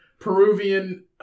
Peruvian